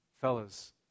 fellas